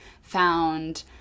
found